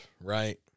right